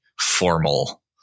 formal